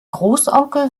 großonkel